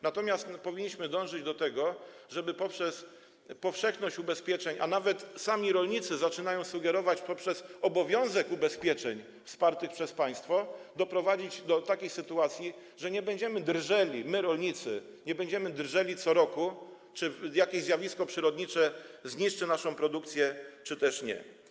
Natomiast powinniśmy dążyć do tego, żeby poprzez powszechność ubezpieczeń, a nawet, jak sami rolnicy zaczynają sugerować, poprzez obowiązek ubezpieczeń wspartych przez państwo doprowadzić do takiej sytuacji, w której nie będziemy - my rolnicy - drżeli co roku o to, czy jakieś zjawisko przyrodnicze zniszczy naszą produkcję, czy też nie.